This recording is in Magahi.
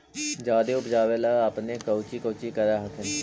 जादे उपजाबे ले अपने कौची कौची कर हखिन?